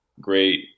great